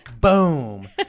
boom